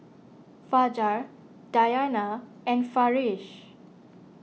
Fajar Dayana and Farish